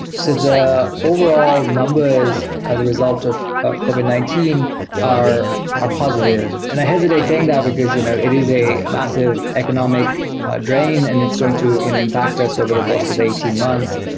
so the overall numbers as a result of of covid nineteen are are positive, and i hesitate saying that because you know it is a massive economic drain and it's going to impact us over the course of eighteen months.